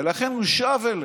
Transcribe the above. ולכן הוא שב אליה.